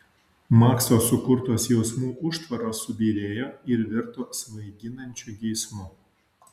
makso sukurtos jausmų užtvaros subyrėjo ir virto svaiginančiu geismu